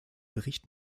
bericht